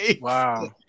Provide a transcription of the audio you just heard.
Wow